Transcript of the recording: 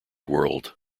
world